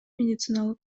медициналык